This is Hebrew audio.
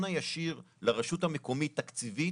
הישיר לרשות המקומית מבחינה תקציבית,